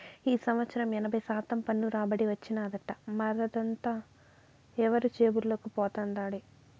ఈ సంవత్సరం ఎనభై శాతం పన్ను రాబడి వచ్చినాదట, మరదంతా ఎవరి జేబుల్లోకి పోతండాది